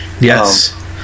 Yes